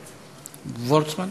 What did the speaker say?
וורצמן.